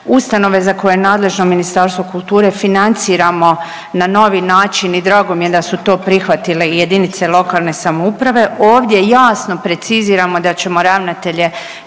Ustanove za koju je nadležno Ministarstvo kulture financiramo na novi način i drago mi je da su to prihvatile i jedinice lokalne samouprave. Ovdje jasno preciziramo da ćemo ravnatelje